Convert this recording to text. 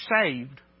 saved